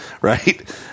right